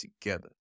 together